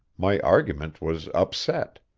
my argument was upset,